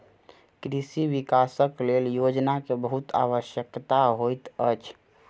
कृषि विकासक लेल योजना के बहुत आवश्यकता होइत अछि